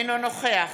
אינו נוכח